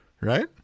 right